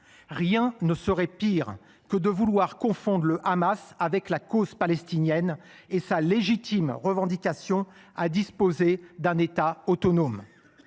Rien ne serait pire que de vouloir confondre le Hamas avec la cause palestinienne et sa légitime revendication à disposer d’un État autonome.